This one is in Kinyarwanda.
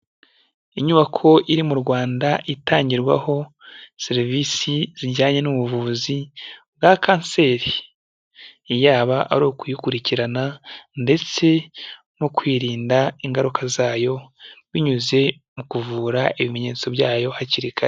Inyubako iri mu Rwanda itangirwaho serivisi zijyanye n'ubuvuzi bwa kanseri yaba ari ukuyikurikirana ndetse no kwirinda ingaruka zayo binyuze mu kuvura ibimenyetso byayo hakiri kare.